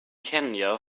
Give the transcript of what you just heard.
kenya